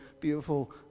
beautiful